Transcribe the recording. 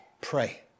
Pray